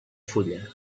fulla